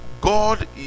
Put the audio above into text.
God